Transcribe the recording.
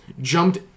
jumped